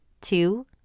Two